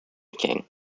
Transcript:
king